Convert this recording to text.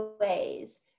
ways